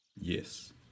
Yes